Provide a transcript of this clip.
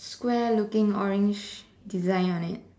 Square looking orange design on it